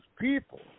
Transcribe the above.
people